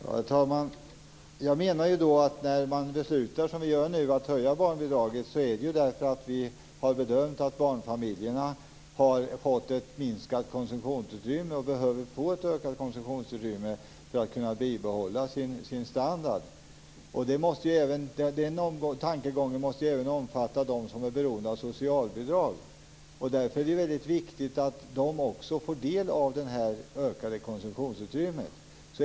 Herr talman! Anledningen till att vi nu beslutar att höja barnbidraget är att vi har bedömt att barnfamiljerna har fått ett minskat konsumtionsutrymme. De behöver få ett ökat konsumtionsutrymme för att kunna bibehålla sin standard. Den tankegången måste omfatta även dem som är beroende av socialbidrag. Det är därför väldigt viktigt att också de får del av det ökade konsumtionsutrymmet.